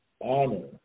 honor